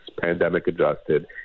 pandemic-adjusted